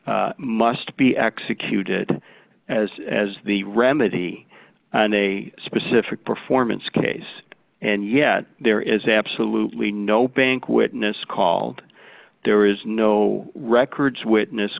must be executed as as the remedy in a specific performance case and yet there is absolutely no bank witness called there is no records witness